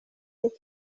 luc